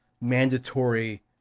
mandatory